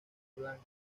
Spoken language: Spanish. blanca